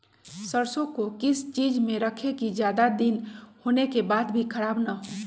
सरसो को किस चीज में रखे की ज्यादा दिन होने के बाद भी ख़राब ना हो?